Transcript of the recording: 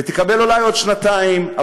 ותקבל אולי עוד שנתיים,